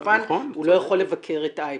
הוא לא יכול לבקר את אייפקס,